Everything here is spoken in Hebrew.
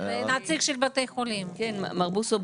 מר בוסו,